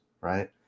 Right